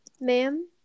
Ma'am